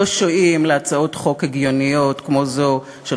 לא שועים להצעות חוק הגיוניות כמו זו של